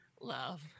love